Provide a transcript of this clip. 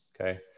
okay